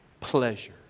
pleasure